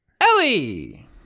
Ellie